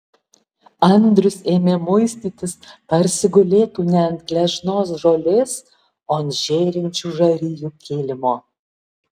andrius ėmė muistytis tarsi gulėtų ne ant gležnos žolės o ant žėrinčių žarijų kilimo